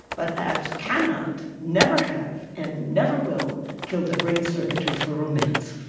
but apps cannot, never have, and never will kill the brain circuitry for romance.